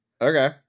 Okay